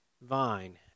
vine